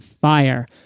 fire